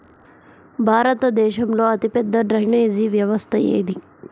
భారతదేశంలో అతిపెద్ద డ్రైనేజీ వ్యవస్థ ఏది?